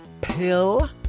Pill